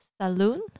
saloon